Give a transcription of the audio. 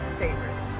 favorites